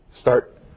start